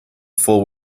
full